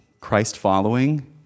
Christ-following